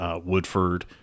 Woodford